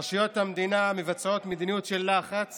רשויות המדינה מבצעות מדיניות של לחץ